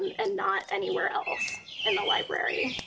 um and not anywhere else in the library.